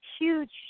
huge